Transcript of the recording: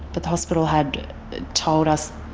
but the hospital had told us,